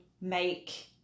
make